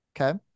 Okay